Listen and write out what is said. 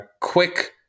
quick